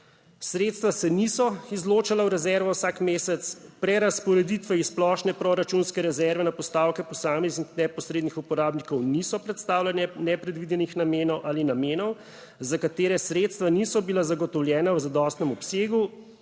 sredstva se niso izločala v rezervo vsak mesec. Prerazporeditve iz splošne proračunske rezerve na postavke posameznih neposrednih uporabnikov niso predstavljale nepredvidenih namenov ali namenov, za katere sredstva niso bila zagotovljena v zadostnem obsegu,